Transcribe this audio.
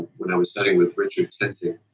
when i was studying with richard toensing.